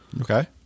okay